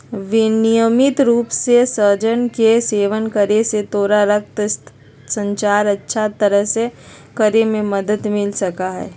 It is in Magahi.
नियमित रूप से सहजन के सेवन करे से तोरा रक्त संचार अच्छा तरह से करे में मदद मिल सका हई